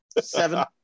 seven